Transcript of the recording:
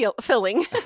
filling